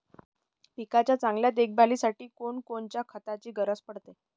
पिकाच्या चांगल्या देखभालीसाठी कोनकोनच्या खताची गरज पडते?